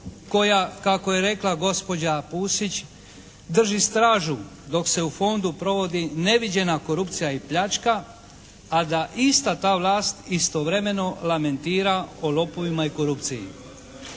koja kako je rekla gospođa Pusić drži stražu dok se u fondu provodi neviđena korupcija i pljačka a da ista ta vlast istovremeno lamentira o lopovima i korupciji.